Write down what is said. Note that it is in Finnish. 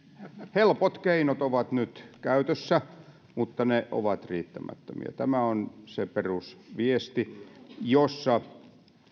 helpot keinot ovat nyt käytössä mutta ne ovat riittämättömiä tämä on se perusviesti että